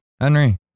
henry